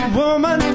woman